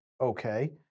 Okay